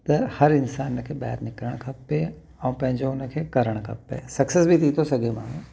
त हर इंसान खे ॿाहिरि निकिरणु खपे ऐं पंहिंजो उन खे करणु खपे सक्सेस बि थी थो सघे माण्हू